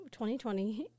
2020